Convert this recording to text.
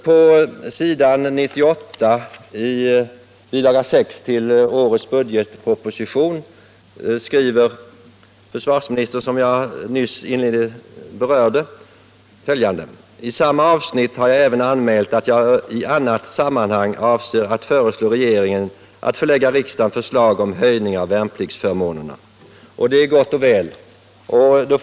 På s. 98 i bilaga 6 till årets budgetproposition skriver försvarsministern följande: ”I samma avsnitt har jag även anmält att jag i annat sammanhang avser att föreslå regeringen att förelägga riksdagen förslag om höjning av värnpliktsförmånerna.” Det är gott och väl.